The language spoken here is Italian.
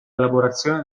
elaborazione